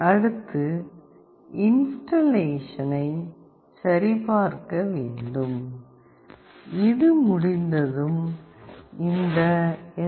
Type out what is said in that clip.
அடுத்து இன்ஸ்டல்லேஷனைச் சரிபார்க்க வேண்டும் இது முடிந்ததும் இந்த எஸ்